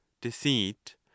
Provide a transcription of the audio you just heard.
deceit